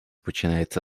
починається